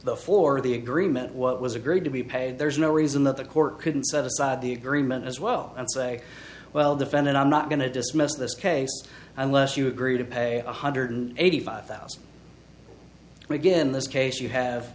the for the agreement what was agreed to be paid there's no reason that the court couldn't set aside the agreement as well and say well defendant i'm not going to dismiss this case unless you agree to pay one hundred eighty five thousand again this case you have